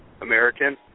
American